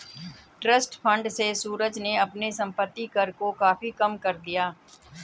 trust fund से सूरज ने अपने संपत्ति कर को काफी कम कर दिया